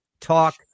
talk